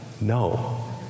No